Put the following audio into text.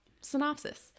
synopsis